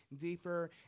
deeper